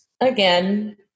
again